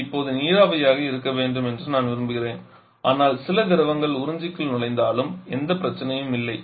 இது எப்போதும் நீராவியாக இருக்க வேண்டும் என்று நாங்கள் விரும்புகிறோம் ஆனால் சில திரவங்கள் உறிஞ்சிக்குள் நுழைந்தாலும் எந்த பிரச்சினையும் இல்லை